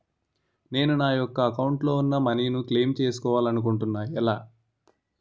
నేను నా యెక్క అకౌంట్ లో ఉన్న మనీ ను క్లైమ్ చేయాలనుకుంటున్నా ఎలా?